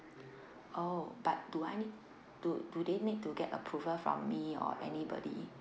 oh but do I need do do they need to get approval from me or anybody